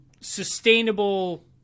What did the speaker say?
Sustainable